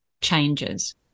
changes